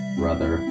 brother